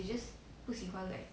then after that like 就没有那种